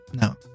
No